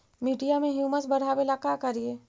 मिट्टियां में ह्यूमस बढ़ाबेला का करिए?